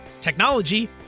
technology